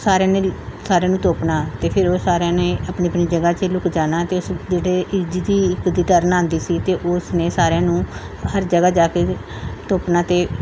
ਸਾਰਿਆਂ ਨੇ ਸਾਰਿਆਂ ਨੂੰ ਤੋਪਣਾ ਅਤੇ ਫਿਰ ਉਹ ਸਾਰਿਆਂ ਨੇ ਆਪਣੀ ਆਪਣੀ ਜਗ੍ਹਾ 'ਚ ਲੁੱਕ ਜਾਣਾ ਅਤੇ ਅਸੀਂ ਜਿਹੜੇ ਜਿਹਦੀ ਇੱਕ ਦੀ ਟਰਨ ਆਉਂਦੀ ਸੀ ਅਤੇ ਉਸ ਨੇ ਸਾਰਿਆਂ ਨੂੰ ਹਰ ਜਗ੍ਹਾ ਜਾ ਕੇ ਤੋਪਣਾ ਅਤੇ